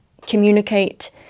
communicate